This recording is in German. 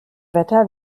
wetter